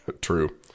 True